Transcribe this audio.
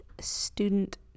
student